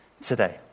today